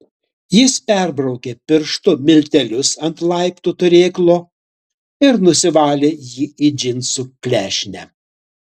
jis perbraukė pirštu miltelius ant laiptų turėklo ir nusivalė jį į džinsų klešnę